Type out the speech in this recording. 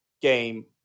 game